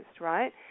Right